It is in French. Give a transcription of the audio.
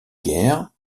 guerre